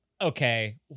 okay